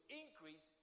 increase